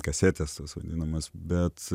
kasetės tos vadinamos bet